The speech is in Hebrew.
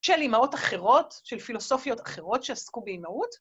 של אימהות אחרות, של פילוסופיות אחרות שעסקו באימהות?